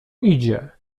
idzie